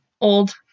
old